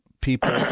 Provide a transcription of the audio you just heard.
people